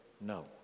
No